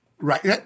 Right